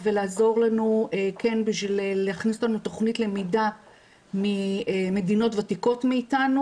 ולעזור לנו כדי להכניס תכנית למידה ממדינות ותיקות מאתנו